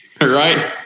Right